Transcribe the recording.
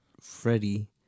Freddie